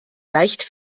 leicht